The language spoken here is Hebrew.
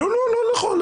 לא נכון,